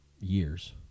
years